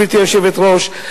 גברתי היושבת-ראש,